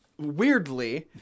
weirdly